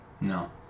No